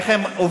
איך הם עובדים,